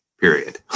period